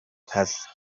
has